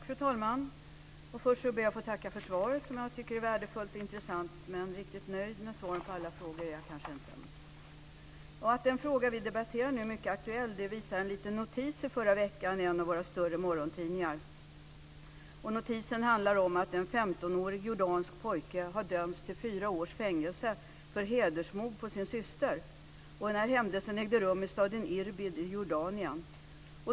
Fru talman! Först ber jag att få tacka för svaret, som jag tycker är värdefullt och intressant. Men riktigt nöjd med svaren på alla mina frågor är jag kanske inte. Att den fråga som vi nu debatterar är mycket aktuell visar notis i förra veckan i en av våra större morgontidningar. Notisen handlar om att en 15-årig jordansk pojke har dömts till fyra års fängelse för hedersmord på sin syster. Händelsen ägde rum i staden Irbid i Jordanien.